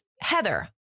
heather